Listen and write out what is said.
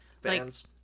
fans